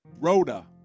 Rhoda